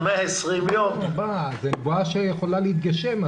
זו נבואה שיכולה להתגשם.